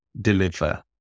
deliver